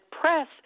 press